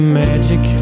magic